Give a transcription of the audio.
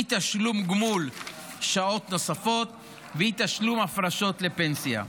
אי-תשלום גמול שעות נוספות ואי-תשלום הפרשות לפנסיה.